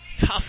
Tough